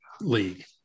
league